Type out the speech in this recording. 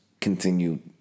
continued